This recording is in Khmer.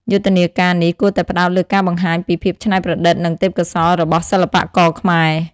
យុទ្ធនាការនេះគួរតែផ្តោតលើការបង្ហាញពីភាពច្នៃប្រឌិតនិងទេពកោសល្យរបស់សិល្បករខ្មែរ។